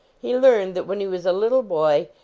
he learned that when he was a little boy,